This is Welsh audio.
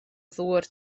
ddŵr